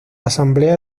asamblea